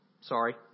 sorry